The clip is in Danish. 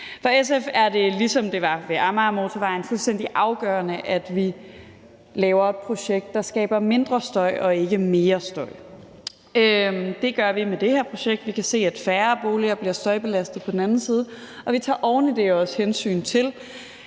For SF er det, ligesom det var ved Amagermotorvejen, fuldstændig afgørende, at vi laver et projekt, der skaber mindre støj og ikke mere støj. Det gør vi med det her projekt. Vi kan se, at færre boliger bliver støjbelastede på den anden side, og vi tager oven i det også hensyn til,